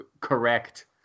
correct